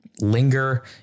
linger